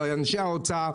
לאנשי האוצר,